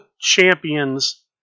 champions